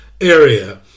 area